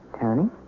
Tony